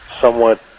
somewhat